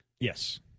yes